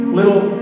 little